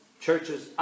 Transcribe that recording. churches